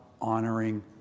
honoring